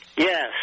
Yes